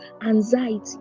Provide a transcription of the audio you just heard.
anxiety